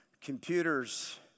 computers